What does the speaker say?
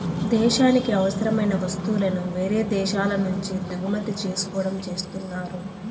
దేశానికి అవసరమైన వస్తువులను వేరే దేశాల నుంచి దిగుమతి చేసుకోవడం చేస్తున్నారు